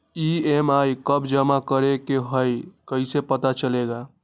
EMI कव जमा करेके हई कैसे पता चलेला?